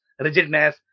rigidness